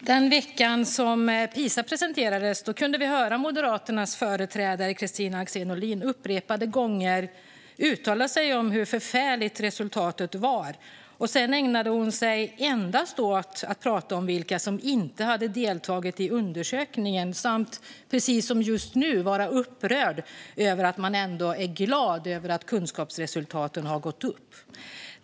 Den vecka som PISA presenterades kunde vi höra Moderaternas företrädare Kristina Axén Olin upprepade gånger uttala sig om hur förfärligt resultatet var. Sedan ägnade hon sig endast åt att prata om vilka som inte hade deltagit i undersökningen samt, precis som nyss, vara upprörd över att man är glad över att kunskapsresultaten har gått upp.